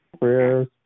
Prayers